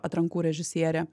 atrankų režisierė